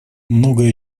многое